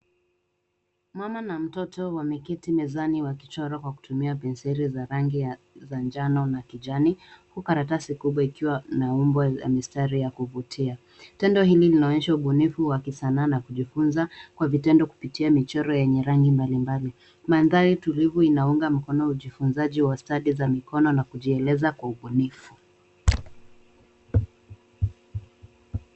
Mama na mtoto wameketi mezani wakichora kwa kitumia penseli za rangi za njano na kijani, huku karatasi kubwa ikiwa na umbo ya mistari ya kuvutia. Tendo hili linaonyesha ubunifu wa kisanaa na kujifunza kwa vitendo kupitia michoro yenye rangi mbalimbali. Mandhari tulivu inaunga mkono ujivunzaji wa stadi za mikono na kijieleza kwa ubunifu.